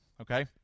Okay